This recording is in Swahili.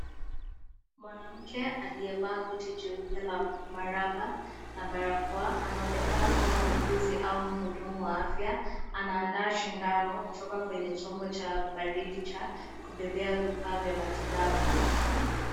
Mwanamke aliyevaa koti jeupe la maraba na barakoa, anaonekana kuwa muuguzi au mhudumu wa afya. Anaandaa sindano kutoka kwenye chombo cha baridi cha kubebea vifaa vya matibabu.